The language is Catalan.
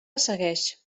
segueix